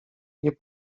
nie